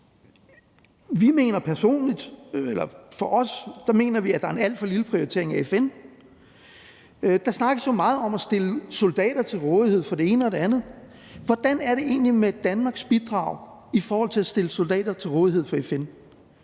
i internationale organisationer til. Vi mener, at der er en alt for lille prioritering af FN. Der snakkes jo meget om at stille soldater til rådighed for det ene og det andet. Hvordan er det egentlig med Danmarks bidrag i forhold til at stille soldater til rådighed for FN?